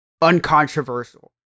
uncontroversial